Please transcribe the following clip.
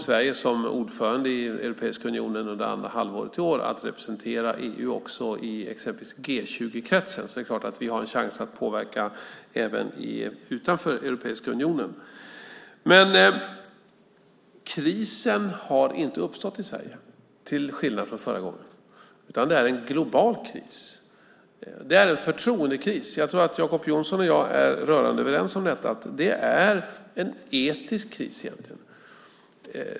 Som ordförande i Europeiska unionen under andra halvåret i år kommer Sverige att representera EU också i exempelvis G 20-kretsen, så vi har naturligtvis chans att påverka även utanför Europeiska unionen. Krisen har inte uppstått i Sverige, till skillnad från förra gången. Det är en global kris. Det är en förtroendekris. Jag tror att Jacob Johnson och jag är rörande överens om det. Det är en etisk kris egentligen.